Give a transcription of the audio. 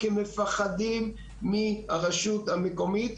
הן מפחדות מהרשות המקומית.